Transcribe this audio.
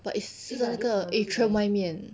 but it's 是那个 atrium 外面